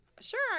sure